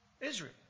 Israel